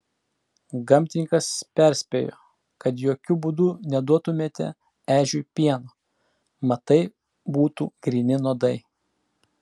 gamtininkas perspėjo kad jokiu būdu neduotumėte ežiui pieno mat tai būtų gryni nuodai